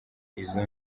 izo